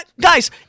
guys